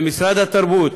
למשרד התרבות,